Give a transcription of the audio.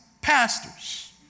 pastors